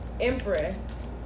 Empress